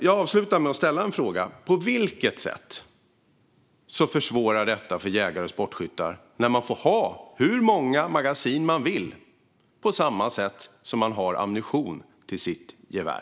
Jag avslutar med att ställa en fråga: På vilket sätt försvårar detta för jägare och sportskyttar när man får ha hur många magasin man vill på samma sätt som man har ammunition till sitt gevär?